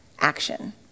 action